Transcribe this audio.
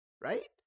Right